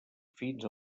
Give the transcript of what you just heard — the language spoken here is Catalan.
fins